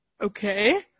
Okay